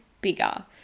bigger